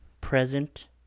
present